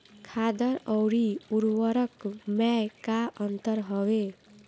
खादर अवरी उर्वरक मैं का अंतर हवे?